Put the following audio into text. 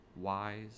wise